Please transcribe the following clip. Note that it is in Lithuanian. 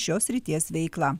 šios srities veiklą